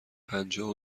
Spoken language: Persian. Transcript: پنجاه